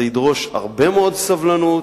זה ידרוש הרבה מאוד סבלנות,